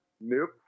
Nope